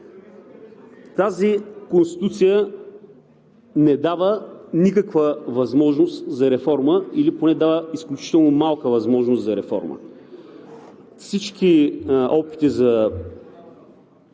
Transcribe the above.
Тази Конституция не дава никаква възможност за реформа или поне дава изключително малка възможност за реформа. Всички опити за